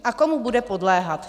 A komu bude podléhat?